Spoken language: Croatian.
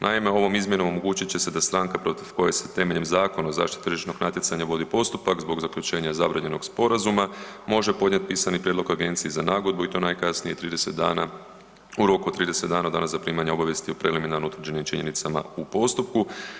Naime, ovom izmjenom omogućit će se da stranka protiv koje se temeljem Zakona o zaštiti tržišnog natjecanja vodi postupak zbog zaključenja zabranjenog sporazuma može podnijeti pisani prijedlog Agenciji za nagodbu i to najkasnije 30 dana, u roku od 30 dana od dana zaprimanja obavijesti o preliminarno utvrđenim činjenicama u postupku.